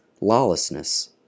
lawlessness